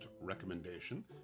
recommendation